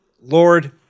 Lord